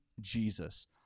Jesus